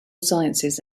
sciences